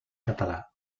català